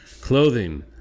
clothing